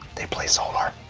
they play solar.